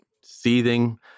seething